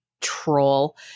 troll